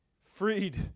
freed